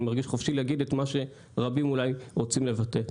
מרגיש חופשי להגיד את מה שרבים אולי רוצים לבטא.